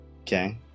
Okay